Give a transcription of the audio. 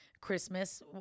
Christmas